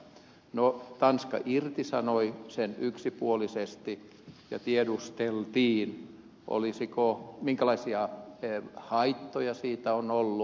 no tanska irtisanoi sen yksipuolisesti ja tiedusteltiin minkälaisia haittoja siitä on ollut